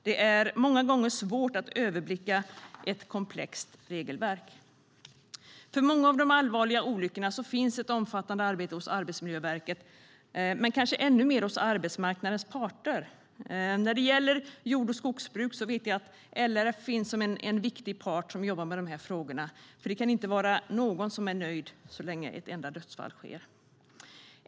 Det är många gånger svårt att överblicka ett komplext regelverk. För många av de allvarliga olyckorna finns ett omfattande arbete hos Arbetsmiljöverket och kanske ännu mer hos arbetsmarknadens parter. När det gäller jord och skogsbruk finns LRF som en viktig part som jobbar med dessa frågor. Ingen kan vara nöjd så länge ett enda dödsfall sker.